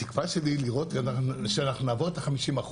התקווה שלי, לראות שאנחנו נעבור את ה-50%.